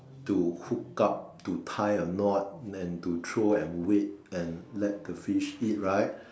to hook up to tie a knot and to throw and wait and let the fish eat right